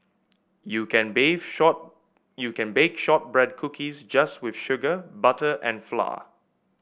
you can bake short you can bake shortbread cookies just with sugar butter and flour